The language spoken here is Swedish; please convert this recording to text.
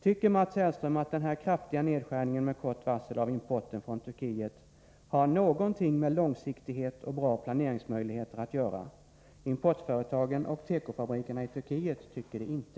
Tycker Mats Hellström att den här kraftiga nedskärningen med kort varsel av importen från Turkiet har något med långsiktighet och bra planeringsmöjligheter att göra? Importföretagen och tekofabrikerna i Turkiet tycker det inte!